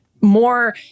more